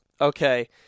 Okay